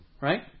Right